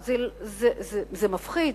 זה מפחיד.